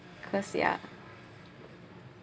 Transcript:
cause ya